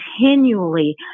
continually